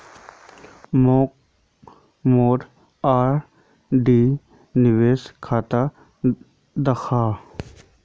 मोक मोर आर.डी निवेश खाता दखा